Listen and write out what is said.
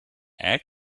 and